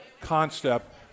concept